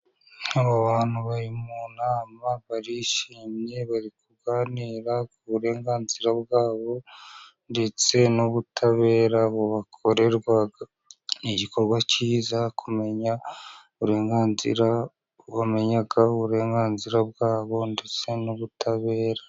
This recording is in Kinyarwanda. Abo bantu bari mu nama barishimye, bari kuganira ku burenganzira bwa bo ndetse n'ubutabera bubakorerwa. Ni igikorwa cyiza kumenya uburenganzira, bamenya uburenganzira bwabo ndetse n'ubutabera.